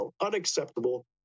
unacceptable